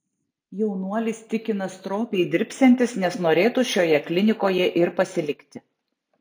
jaunuolis tikina stropiai dirbsiantis nes norėtų šioje klinikoje ir pasilikti